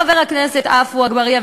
חבר הכנסת עפו אגבאריה,